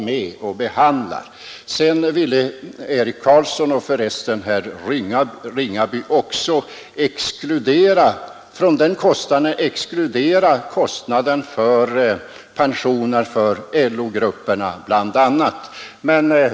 Herr Carlsson, liksom för resten också herr Ringaby, ville från den kostnaden exkludera kostnaden för pensioner för bl.a. LO-grupperna.